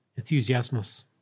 enthusiasmus